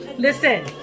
Listen